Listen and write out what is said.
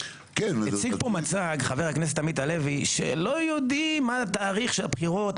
הציג פה מצג חבר הכנסת עמית הלוי שלא יודעים מה התאריך של הבחירות,